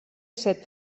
set